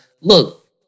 look